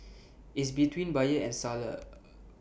is between buyer and seller